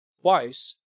twice